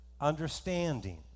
understanding